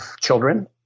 children